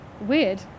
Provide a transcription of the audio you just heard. Weird